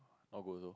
not good also